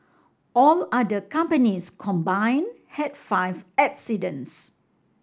all other companies combine had five accidents